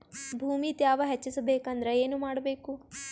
ಭೂಮಿ ತ್ಯಾವ ಹೆಚ್ಚೆಸಬೇಕಂದ್ರ ಏನು ಮಾಡ್ಬೇಕು?